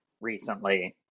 recently